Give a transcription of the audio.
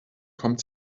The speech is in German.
kommt